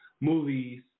movies